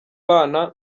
bana